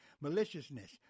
maliciousness